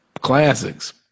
Classics